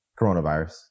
coronavirus